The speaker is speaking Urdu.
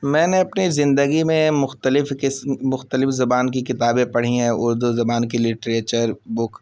میں نے اپنی زندگی میں مختلف قسم مختلف زبان کی کتابیں پڑھی ہیں اردو زبان کی لیٹریچر بک